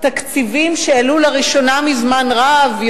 תקציבים שהעלו לראשונה מזה זמן רב,